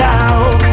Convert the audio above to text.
out